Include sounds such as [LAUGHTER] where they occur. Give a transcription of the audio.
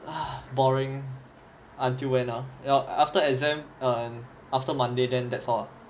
[BREATH] boring until when ah ya after exam and after monday then that's all ah